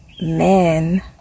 men